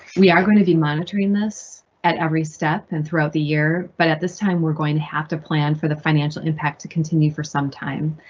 we are going to be monitoring this at every step and throughout the year. but at this time, we're going to have to plan for the financial impact to continue for some time.